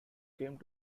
come